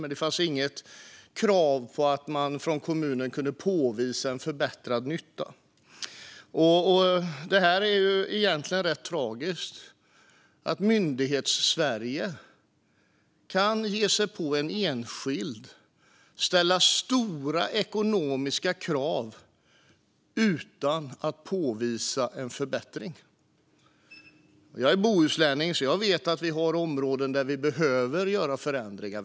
Men det finns inget krav på kommunen att kunna påvisa förbättrad nytta. Det är egentligen rätt tragiskt att Myndighetssverige kan ge sig på en enskild och ställa stora ekonomiska krav utan att påvisa en förbättring. Jag är bohuslänning, så jag vet att vi har områden där vi behöver göra förändringar.